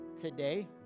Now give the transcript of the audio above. today